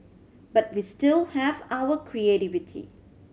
but we still have our creativity